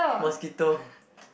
mosquitoes